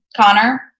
Connor